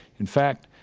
in fact,